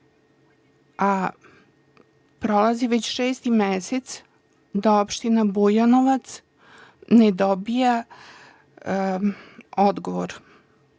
a prolazi već šesti mesec da opština Bujanovac ne dobija odgovor